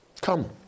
come